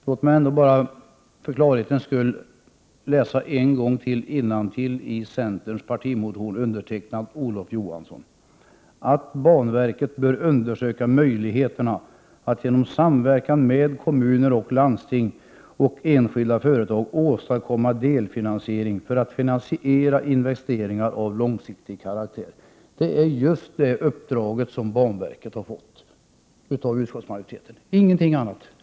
Låt mig bara för klarhetens skulle ännu en gång läsa innantill i centerns partimotion undertecknad av Olof Johansson: Banverket bör undersöka möjligheterna att genom samverkan med kommuner och landsting och enskilda företag åstadkomma delfinansiering för att finansiera investeringar av långsiktig karaktär. — Det är just det uppdrag som banverket har fått av utskottsmajoriteten, ingenting annat.